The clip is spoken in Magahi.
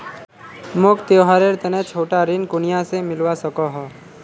मोक त्योहारेर तने छोटा ऋण कुनियाँ से मिलवा सको हो?